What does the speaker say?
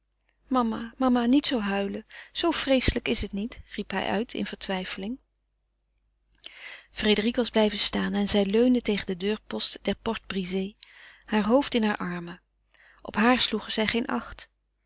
mama mama niet zoo huilen zoo vreeselijk is het niet riep hij uit in vertwijfeling frédérique was blijven staan en zij leunde tegen den deurpost der porte-brisée haar hoofd in haar armen op haar sloegen zij geen acht